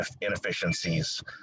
inefficiencies